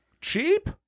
cheap